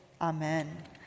amen